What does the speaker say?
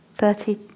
thirty